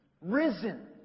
risen